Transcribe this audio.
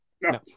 no